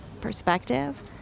perspective